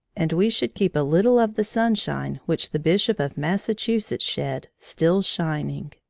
and we should keep a little of the sunshine which the bishop of massachusetts shed, still shining.